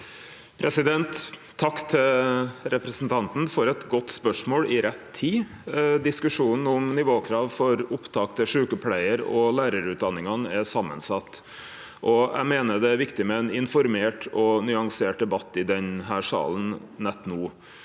Takk til repre- sentanten for eit godt spørsmål i rett tid. Diskusjonen om nivåkrav for opptak til sjukepleiar- og lærarutdanningane er samansett, og eg meiner det er viktig med ein informert og nyansert debatt i denne salen nett no.